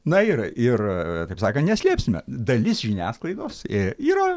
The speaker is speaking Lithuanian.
na ir ir taip sakant neslėpsime dalis žiniasklaidos i yra